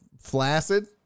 flaccid